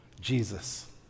Jesus